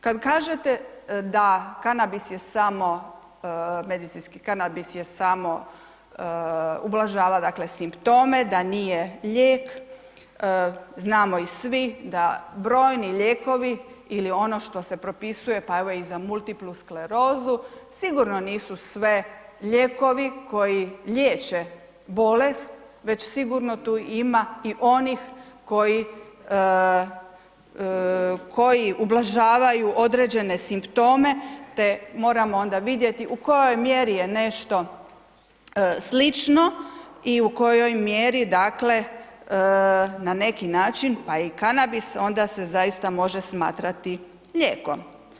Kad kažete da kanabis je samo, medicinski kanabis je samo ublažava, dakle, simptome, da nije lijek, znamo i svi da brojni lijekovi ili ono što se propisuje, pa evo i za multiplu sklerozu sigurno nisu sve lijekovi koji liječe bolest, već sigurno tu ima i onih koji ublažavaju određene simptome te moramo onda vidjeti u kojoj mjeri je nešto slično i u kojoj mjeri dakle na neki način pa i kanabis onda se zaista može smatrati lijekom.